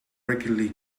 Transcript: regularly